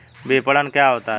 विपणन क्या होता है?